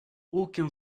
aucun